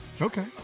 okay